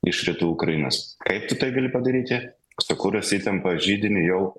iš rytų ukrainos kaip tu tai gali padaryti sukūręs įtampa židinį jau